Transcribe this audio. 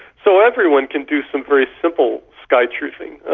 so everyone can do some very simple skytruthing,